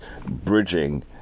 bridging